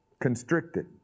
constricted